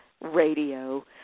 Radio